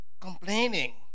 complaining